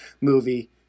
movie